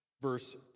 Verse